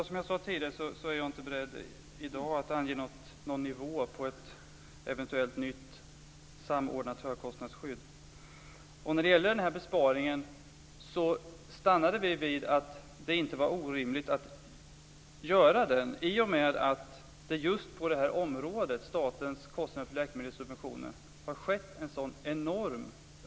Fru talman! Jag är i dag inte beredd att ange någon nivå på ett eventuellt nytt samordnat högkostnadsskydd. Vi stannade vid att det inte var orimligt att göra denna besparing i och med att det har skett en sådan enorm ökning på området för statens kostnader för läkemedelssubventioner.